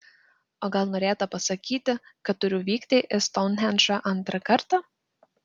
o gal norėta pasakyti kad turiu vykti į stounhendžą antrą kartą